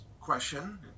question